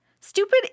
Stupid